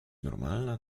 normalna